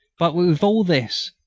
but, with all this,